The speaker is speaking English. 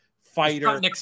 fighter